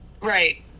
Right